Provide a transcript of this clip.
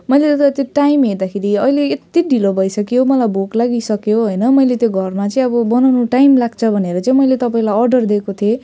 मैले त त्यो टाइम हेर्दाखेरि अहिले यत्ति ढिलो भइसक्यो मलाई भोक लागिसक्यो होइन मैले त्यो घरमा चाहिँ अब बनाउनु टाइम लाग्छ भनेर चाहिँ मैले तपाईँलाई अर्डर दिएको थिएँ